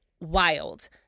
wild